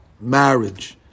Marriage